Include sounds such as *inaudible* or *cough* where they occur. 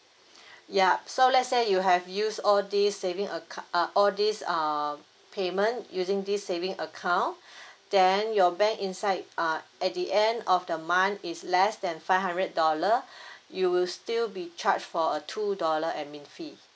*breath* yup so let's say you have used all these saving all these um payment using this saving account *breath* then your bank inside uh at the end of the month it's less than five hundred dollar *breath* you will still be charged for a two dollar administration fee